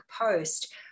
post